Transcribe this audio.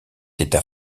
état